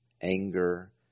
anger